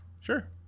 Sure